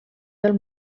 del